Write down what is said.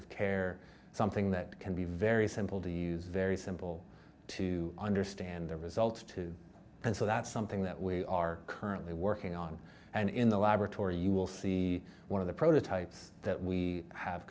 of care something that can be very simple to use very simple to understand the results to and so that's something that we are currently working on and in the laboratory you will see one of the prototypes that we have